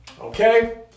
Okay